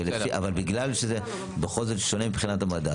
אבל בגלל שזה בכל זאת שונה מבחינת המדד,